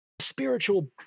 spiritual